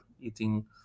eating